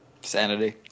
Sanity